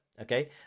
Okay